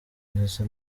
ndetse